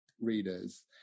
readers